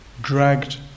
dragged